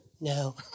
No